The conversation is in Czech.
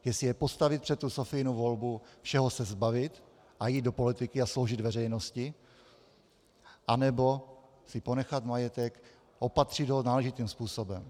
Jestli je postavit před Sofiinu volbu všeho se zbavit a jít do politiky a sloužit veřejnosti, anebo si ponechat majetek, opatřit ho náležitým způsobem.